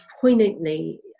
poignantly